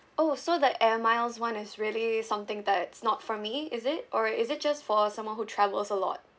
oh so the air miles [one] is really something that's not for me is it or is it just for someone who travels a lot